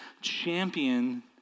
champion